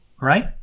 Right